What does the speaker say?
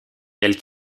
elle